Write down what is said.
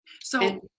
So-